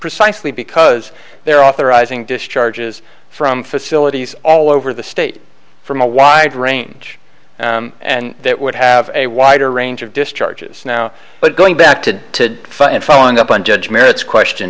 precisely because there authorizing discharges from facilities all over the state from a wide range and that would have a wider range of discharges now but going back to the fun following up on judge merits question